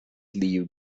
leave